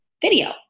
video